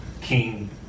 King